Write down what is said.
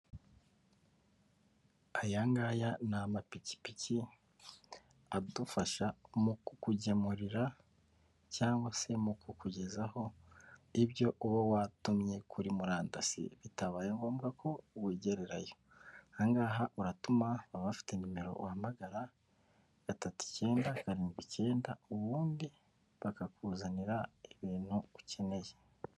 Aya ngaya ni amapikipiki adufasha mu kukugemurira cyangwa se mu kukugezaho ibyo uba watumye kuri murandasi. Bitabaye ngombwa ko wigererayo. Aha ngaha uratuma baba bafite nimero uhamagara gatatu icyenda karindwi icyenda, ubundi bakakuzanira ibintu ukeneye.